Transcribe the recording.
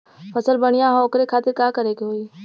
फसल बढ़ियां हो ओकरे खातिर का करे के होई?